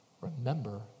remember